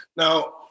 Now